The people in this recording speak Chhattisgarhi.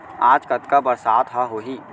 आज कतका बरसात ह होही?